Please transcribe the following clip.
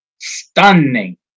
Stunning